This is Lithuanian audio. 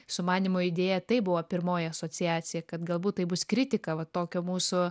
sumanymo idėją tai buvo pirmoji asociacija kad galbūt tai bus kritika va tokio mūsų